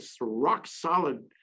rock-solid